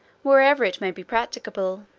wherever it may be practicable